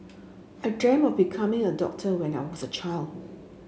I dreamt of becoming a doctor when I was a child